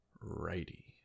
righty